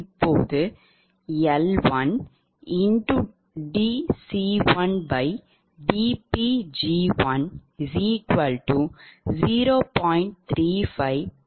இப்போது L1dc1dPg10